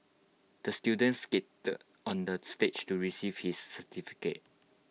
the student skated on the stage to receive his certificate